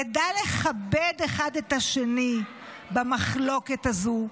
נדע לכבד אחד את השני במחלוקת הזו,